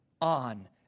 on